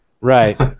Right